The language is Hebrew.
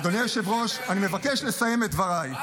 אדוני היושב-ראש, אני מבקש לסיים את דבריי.